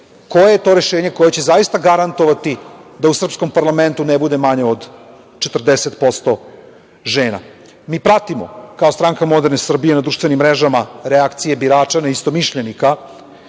koje je to rešenje koje će zaista garantovati da u srpskom parlamentu ne bude manje od 40% žena. Mi pratimo, kao Stranka moderne Srbije, na društvenim mrežama reakcije birača neistomišljenika